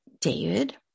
David